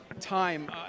time